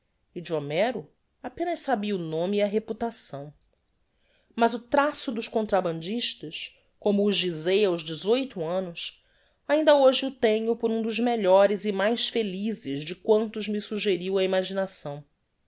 homero apenas sabia o nome e a reputação mas o traço dos contrabandistas como o gizei aos annos ainda hoje o tenho por um dos melhores e mais felizes de quantos me sugeriu a imaginação